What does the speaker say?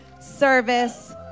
service